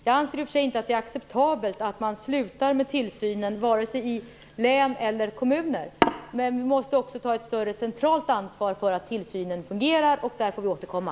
Jag anser inte att det är acceptabelt att man slutar med tillsynen vare sig i län eller i kommuner, men vi måste ta ett större centralt ansvar för att tillsynen fungerar. Där får vi återkomma.